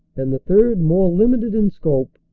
and the third, more limi ted in scope,